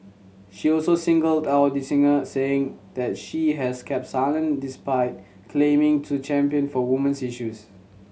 she also singled out the singer saying that she has kept silent despite claiming to champion for women's issues